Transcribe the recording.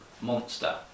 monster